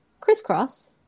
crisscross